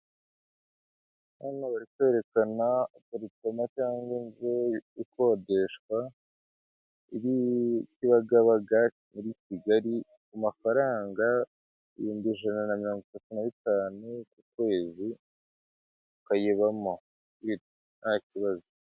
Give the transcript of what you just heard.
Hano bari kwerekana aparitoma cyangwa inzu ikodeshwa. Iri Kibagabaga muri Kigali, ku mafaranga ibihumbi ijana na mirongo itatu na bitanu ku kwezi ukayibamo nta kibazo.